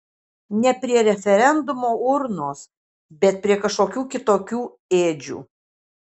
ne prie referendumo urnos bet prie kažkokių kitokių ėdžių